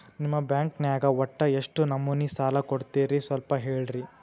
ನಿಮ್ಮ ಬ್ಯಾಂಕ್ ನ್ಯಾಗ ಒಟ್ಟ ಎಷ್ಟು ನಮೂನಿ ಸಾಲ ಕೊಡ್ತೇರಿ ಸ್ವಲ್ಪ ಹೇಳ್ರಿ